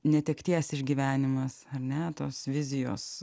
netekties išgyvenimas ar ne tos vizijos